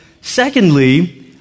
Secondly